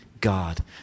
God